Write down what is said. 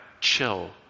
chill